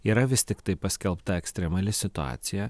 yra vis tiktai paskelbta ekstremali situacija